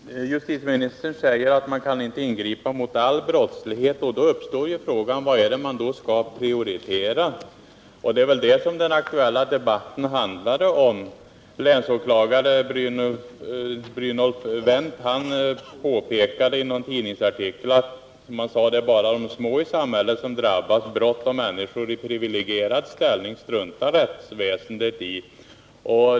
Herr talman! Justitieministern säger att man inte kan ingripa mot all brottslighet. Då uppstår frågan: Vad skall man prioritera? Det är detta den aktuella debatten handlar om. Länsåklagare Brynolf Wendt påpekade i en tidningsartikel att det bara är de små i samhället som drabbas. Brott begångna av människor i privilegierad ställning struntar rättsväsendet i.